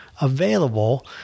available